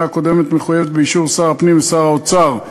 הקודמת מחויבת באישור שר הפנים ושר האוצר.